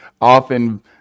often